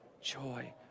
joy